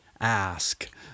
ask